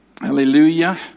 Hallelujah